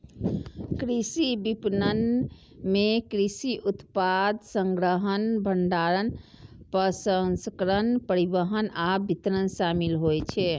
कृषि विपणन मे कृषि उत्पाद संग्रहण, भंडारण, प्रसंस्करण, परिवहन आ वितरण शामिल होइ छै